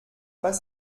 pas